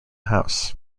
house